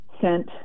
sent